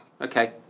okay